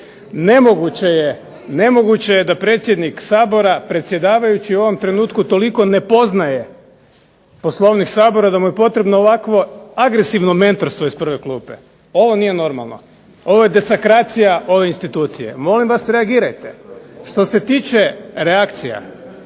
Nemoguće je da predsjednik Sabora predsjedavajući u ovom trenutku toliko ne poznaje Poslovnik Sabora da mu je potrebno ovakvo agresivno mentorstvo iz prve klupe. Ovo nije normalno. Ovo je desakracija ove institucije. Molim vas reagirajte. Što se tiče reakcija,